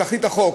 את תכלית החוק,